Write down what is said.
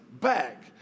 back